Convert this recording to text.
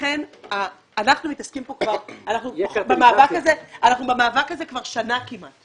אנחנו במאבק הזה כבר כמעט שנה.